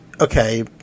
okay